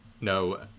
No